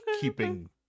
keeping